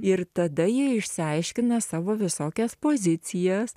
ir tada jie išsiaiškina savo visokias pozicijas